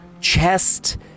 chest